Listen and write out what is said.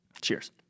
Cheers